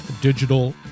Digital